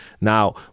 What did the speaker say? Now